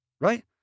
right